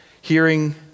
hearing